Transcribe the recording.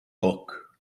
book